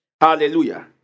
Hallelujah